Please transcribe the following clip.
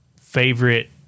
favorite